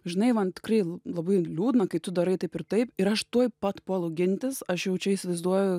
žinai man tikrai labai liūdna kai tu darai taip ir taip ir aš tuoj pat puolu gintis aš jaučiu įsivaizduoju